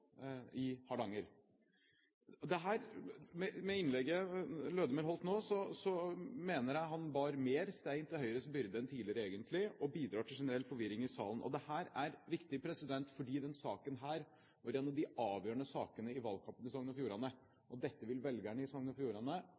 i Hardanger. Med det innlegget representanten Lødemel nå holdt, mener jeg han egentlig bar mer stein til Høyres byrde, og at han bidrar til en generell forvirring i salen. Og dette er viktig, fordi denne saken var en av de avgjørende sakene i valgkampen i Sogn og Fjordane, og dette vil velgerne i Sogn og Fjordane